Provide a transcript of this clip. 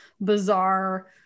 bizarre